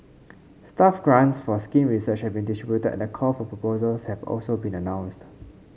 staff grants for skin research have been distributed and a call for proposals has been announced